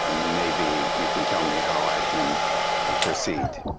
ah maybe you can tell me how i can proceed.